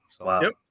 Wow